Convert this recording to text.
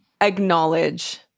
acknowledge